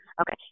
okay